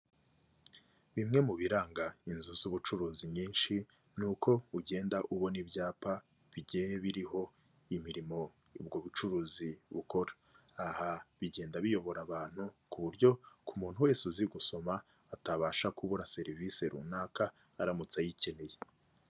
Bimwe mu biranga inzu z'ubucuruzi nyinshi, ni uko uko ugenda ubona ibyapa bigiye biriho imirimo y'ubwo bucuruzi bukora. Aha bigenda biyobora abantu ku buryo ku muntu wese uzi gusoma atabasha kubura serivisi runaka aramutse ayikeneye.